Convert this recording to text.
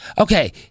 Okay